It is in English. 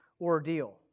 ordeal